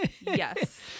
Yes